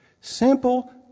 Simple